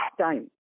time